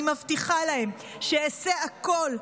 אני מבטיחה להם שאעשה הכול,